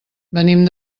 venim